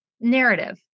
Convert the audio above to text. narrative